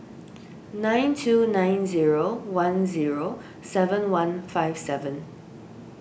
nine two nine zero one zero seven one five seven